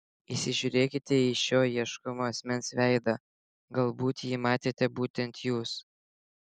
įsižiūrėkite į šio ieškomo asmens veidą galbūt jį matėte būtent jūs